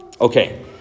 Okay